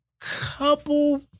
couple